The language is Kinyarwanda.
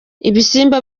ibisimba